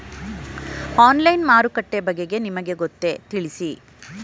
Online ಮಾರುಕಟ್ಟೆ ಬಗೆಗೆ ನಿಮಗೆ ಗೊತ್ತೇ? ತಿಳಿಸಿ?